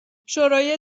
شورای